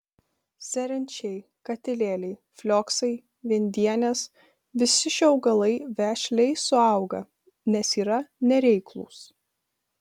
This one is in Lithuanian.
serenčiai katilėliai flioksai viendienės visi šie augalai vešliai suauga nes yra nereiklūs